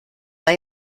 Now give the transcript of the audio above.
hay